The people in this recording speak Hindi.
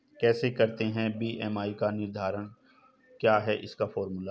कैसे करते हैं बी.एम.आई का निर्धारण क्या है इसका फॉर्मूला?